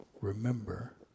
remember